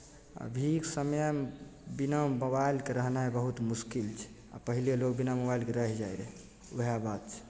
अभीके समयमे बिना मोबाइलके रहनाइ बहुत मुश्किल छै आ पहिले लोक बिना मोबाइलके रहि जाइत रहै उएह बात छै